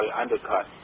undercut